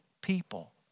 people